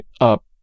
up